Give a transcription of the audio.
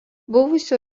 buvusių